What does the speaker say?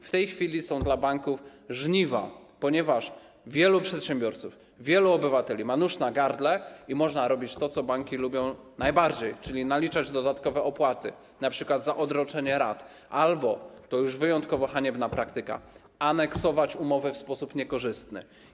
W tej chwili są żniwa dla banków, ponieważ wielu przedsiębiorców, wielu obywateli ma nóż na gardle i można robić to, co banki lubią najbardziej, czyli naliczać dodatkowe opłaty, np. za odroczenie rat, albo - to już wyjątkowo haniebna praktyka - aneksować umowy w sposób niekorzystny.